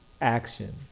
action